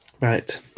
right